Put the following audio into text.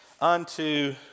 unto